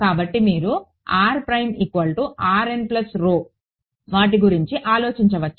కాబట్టి మీరు వాటి గురించి ఆలోచించవచ్చు